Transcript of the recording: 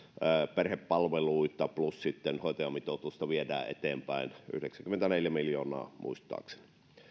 perhepalveluita plus sitten hoitajamitoitusta viedään eteenpäin yhdeksänkymmentäneljä miljoonaa muistaakseni